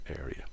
area